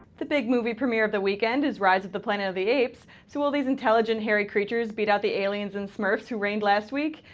the big movie premiere of the weekend is rise of the planet of the apes so will these intelligent hairy creatures beat out the aliens and smurfs who reigned last week?